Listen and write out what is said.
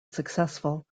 successful